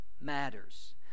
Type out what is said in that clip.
matters